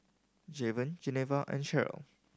Javen Geneva and Cheryl